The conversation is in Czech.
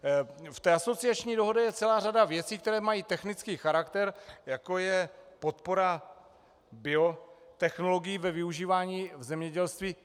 V asociační dohodě je celá řada věcí, které mají technický charakter, jako je podpora biotechnologií ve využívání zemědělství.